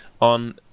on